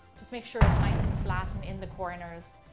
just make sure it's nice and flat and in the corners.